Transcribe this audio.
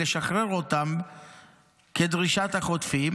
כדרישת החוטפים,